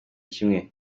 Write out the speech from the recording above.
kimwe